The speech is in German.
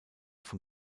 von